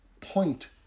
point